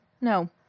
No